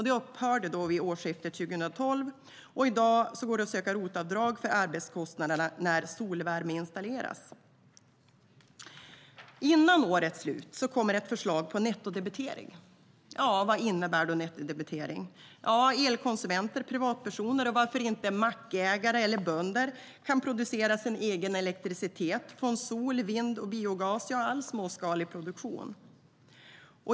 Det upphörde vid årsskiftet 2012, och i dag går det att söka ROT-avdrag för arbetskostnaderna när solvärme installeras. Före årets slut kommer ett förslag på nettodebitering. Vad innebär då nettodebitering? Jo, att elkonsumenter, alltså privatpersoner och varför inte mackägare och bönder, kan producera sin egen elektricitet från sol, vind och biogas - all småskalig produktion.